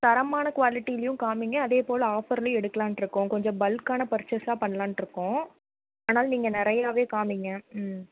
தரமான குவாலிட்டிலேயும் காமியுங்க அதேப்போல் ஆஃப்பர்லேயும் எடுக்கலாம்ன்ட்ருக்கோம் கொஞ்சம் பல்க்கான பர்ச்சேஸாக பண்ணலான்ட்ருக்கோம் அதனால் நீங்கள் நிறையாவே காமியுங்க ம்